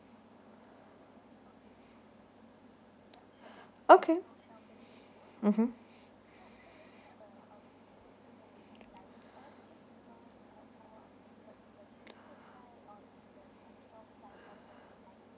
okay mmhmm